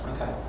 Okay